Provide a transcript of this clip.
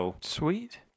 Sweet